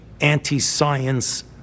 anti-science